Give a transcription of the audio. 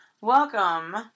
welcome